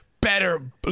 Better